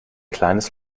kleines